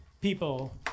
people